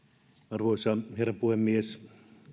arvoisa herra puhemies